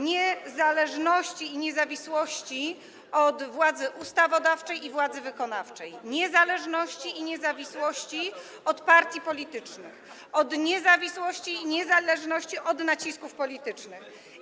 Niezależności i niezawisłości od władzy ustawodawczej i władzy wykonawczej, niezależności i niezawisłości od partii politycznych, niezawisłości i niezależności od nacisków politycznych.